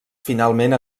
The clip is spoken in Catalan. finalment